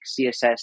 CSS